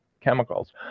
chemicals